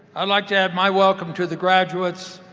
i'd like to add my welcome to the graduates,